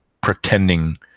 pretending